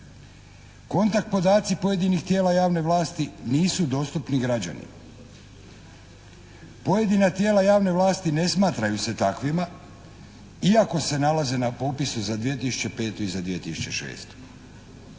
Kontakt podaci pojedinih tijela javne vlasti nisu dostupni građanima. Pojedina tijela javne vlasti ne smatraju se takvima iako se nalaze na popisu za 2005. i za 2006.